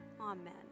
amen